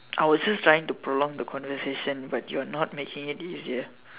I was just trying to prolong the conversation but you're not making it easier